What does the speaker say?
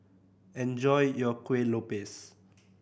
enjoy your Kueh Lopes